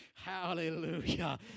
Hallelujah